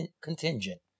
contingent